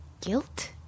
guilt